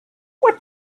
what